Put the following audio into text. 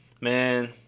man